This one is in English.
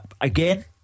Again